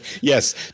Yes